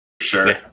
Sure